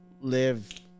live